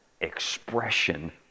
expression